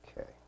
okay